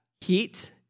heat